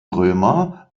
römer